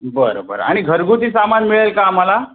बरं बरं आणि घरगुती सामान मिळेल का आम्हाला